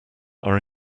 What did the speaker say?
are